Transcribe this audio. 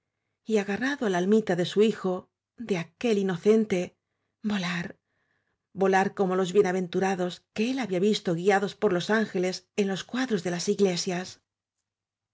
y agarrado á la almita de su hijo de aquel inocente volar volar como los bienaventurados que él había visto guiados por ángeles en los cuadros de las iglesias